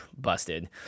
busted